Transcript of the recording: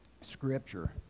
scripture